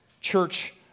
church